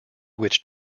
which